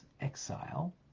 exile